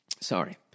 Sorry